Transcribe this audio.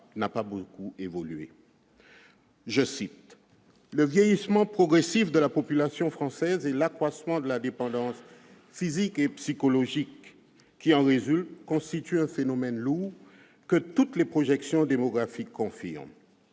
:« Le vieillissement progressif de la population française et l'accroissement de la dépendance physique et psychologique qui en résulte constituent un phénomène lourd que toutes les projections démographiques confirment.